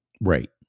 right